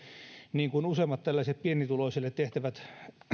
niin kuin useimmat tällaiset pienituloisille tehtävät